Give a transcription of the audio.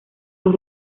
los